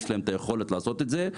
ויש להן היכולת לעשות את זה.